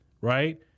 right